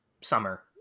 summer